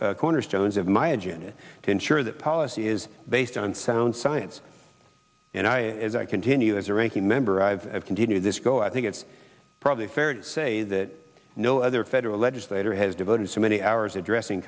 cornerstones of my agenda to ensure that policy is based on sound science and i as i continue as a ranking member i have continued this go i think it's probably fair to say that no other federal legislator has devoted so many hours addressing